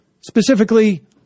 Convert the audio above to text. specifically